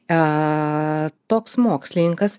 a toks mokslininkas